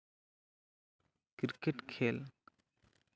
cricket ᱠᱷᱮᱞ